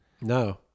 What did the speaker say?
No